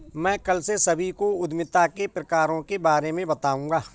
मैं कल से सभी को उद्यमिता के प्रकारों के बारे में बताऊँगा